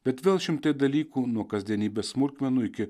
bet vėl šimtai dalykų nuo kasdienybės smulkmenų iki